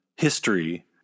history